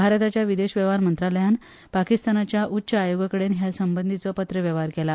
भारताच्या विदेश वेव्हार मंत्रालयान पाकिस्तानाच्या उच्च आयोगाकडेन ह्या संबंदीचो पत्र वेव्हार केला